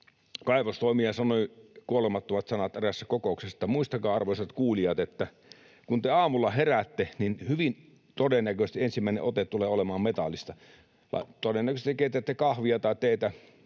kaivostoimija sanoi kuolemattomat sanat eräässä kokouksessa, että ”muistakaa arvoisat kuulijat, että kun te aamulla heräätte, niin hyvin todennäköisesti ensimmäinen ote tulee olemaan metallista”. Todennäköisesti te keitätte kahvia tai teetä